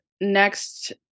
next